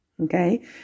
okay